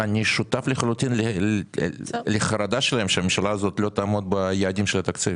אני שותף לחלוטין לחרדה שלהם שהממשלה הזאת לא תעמוד ביעדים של התקציב.